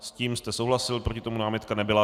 S tím jste souhlasil, proti tomu námitka nebyla.